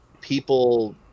people